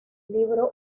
libro